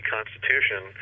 Constitution